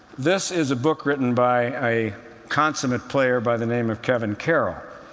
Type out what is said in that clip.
this is a book written by a consummate player by the name of kevin carroll.